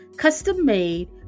custom-made